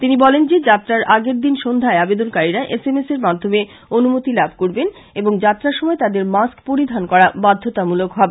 তিনি বলেন যে যাত্রার আগের দিন সন্ধ্যায় আবেদনকারীরা এস এম এসের মাধ্যমে অনুমতি লাভ করবে এবং যাত্রার সময় তাদের মাস্ক পরিধান করা বাধ্যতামূলক হবে